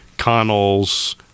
Connell's